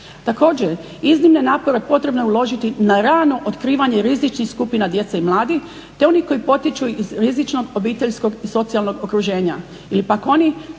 Također, iznimne napore potrebno je uložiti na radno otkrivanje rizičnih skupina djece i mladih, te onih koji potječu iz rizičnog obiteljskog i socijalnog okruženja, ili pak oni